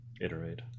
iterate